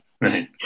Right